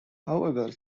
however